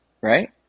right